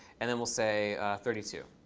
and then we'll say thirty two.